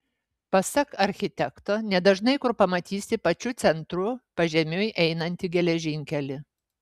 pasak architekto nedažnai kur pamatysi pačiu centru pažemiui einantį geležinkelį